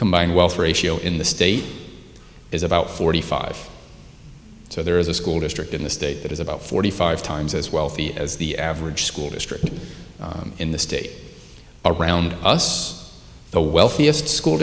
combined wealth ratio in the state is about forty five so there is a school district in the state that is about forty five times as wealthy as the average school district in the state around us the wealthiest school